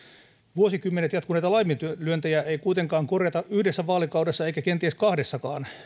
vuosikymmeniä jatkuneita laiminlyöntejä ei kuitenkaan korjata yhdessä vaalikaudessa eikä kenties kahdessakaan